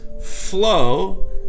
flow